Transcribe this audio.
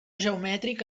geomètric